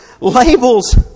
labels